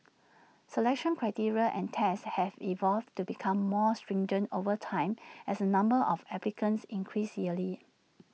selection criteria and tests have evolved to become more stringent over time as the number of applicants increase yearly